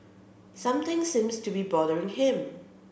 something seems to be bothering him